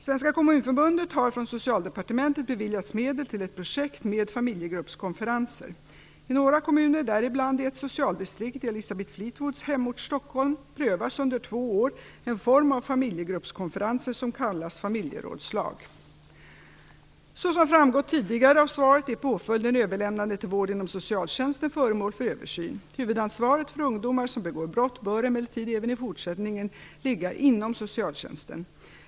Svenska Kommunförbundet har från Socialdepartementet beviljats medel till ett projekt med familjegruppskonferenser. I några kommuner, däribland i ett socialdistrikt i Elisabeth Fleetwoods hemort Stockholm, prövas under två år en form av familjegruppskonferenser som kallas familjerådslag. Såsom framgått tidigare av svaret är påföljden överlämnande till vård inom socialtjänsten föremål för översyn. Huvudansvaret för ungdomar som begår brott bör emellertid även i fortsättningen ligga inom socialtjänsten.